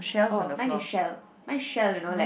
oh mine is shell shell you know like